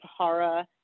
Pahara